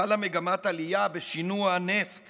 חלה מגמת עלייה בשינוע נפט